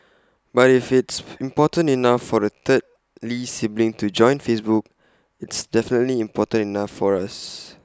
but if it's important enough for the third lee sibling to join Facebook it's definitely important enough for us